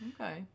Okay